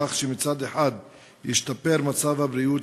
כך שמצד אחד ישתפר מצב הבריאות,